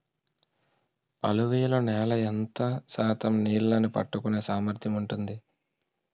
అలువియలు నేల ఎంత శాతం నీళ్ళని పట్టుకొనే సామర్థ్యం ఉంటుంది?